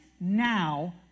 now